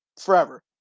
forever